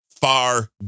far